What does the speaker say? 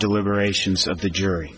deliberations of the jury